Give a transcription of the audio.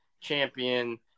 champion